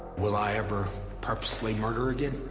will i ever purposely murder again?